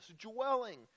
dwelling